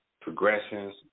progressions